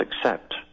accept